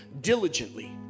diligently